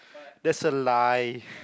that's a lie